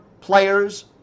players